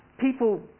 People